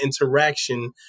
interaction